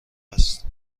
است